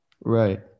right